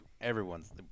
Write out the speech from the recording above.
everyone's